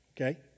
Okay